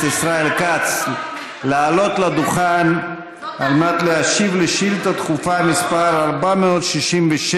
ישראל כץ לעלות לדוכן על מנת להשיב על שאילתה דחופה מס' 467,